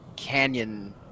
canyon